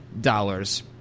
dollars